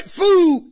food